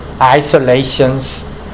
isolations